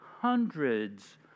hundreds